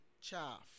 chaff